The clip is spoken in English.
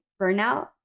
burnout